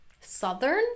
Southern